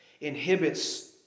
inhibits